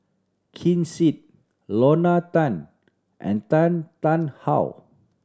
Ken Seet Lorna Tan and Tan Tarn How